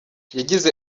yagize